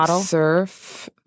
surf